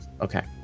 Okay